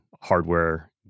hardware